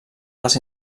les